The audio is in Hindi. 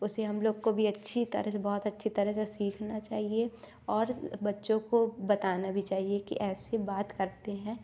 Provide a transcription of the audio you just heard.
उसे हम लोग को भी अच्छी तरह से बहुत अच्छी तरह से सीखना चाहिए और बच्चों को बताना भी चाहिए कि ऐसे बात करते हैं